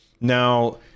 Now